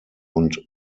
und